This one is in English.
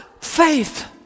faith